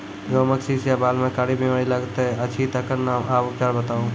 गेहूँमक शीश या बाल म कारी बीमारी लागतै अछि तकर नाम आ उपचार बताउ?